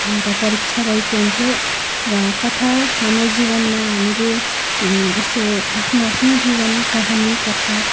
एउटा परिक्षा रहेको हुन्थ्यो र कथा हाम्रो जीवनमा हामीले यसो आफ्नो आफ्नो कहानी जीवन कथा